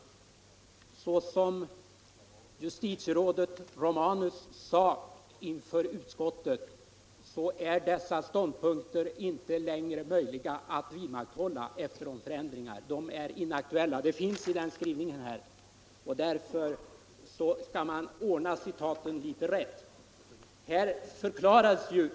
Så som justitierådet Romanus sade inför utskottet är dessa ståndpunkter inte längre möjliga att vidmakthålla efter de förändringar som gjorts i departementspromemorian. Det framgår också av propositionens skrivning att dessa ståndpunkter nu är inaktuella. Man bör därför sätta in citaten i sitt rätta sammanhang.